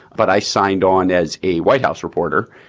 but i signed on as a white house reporter,